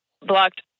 blocked